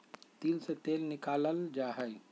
तिल से तेल निकाल्ल जाहई